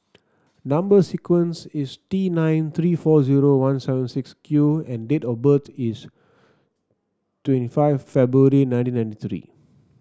number sequence is T nine three four zero one seven six Q and date of birth is twenty five February nineteen ninety three